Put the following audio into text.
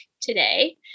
today